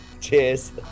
Cheers